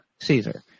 Caesar